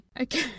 okay